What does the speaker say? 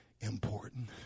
important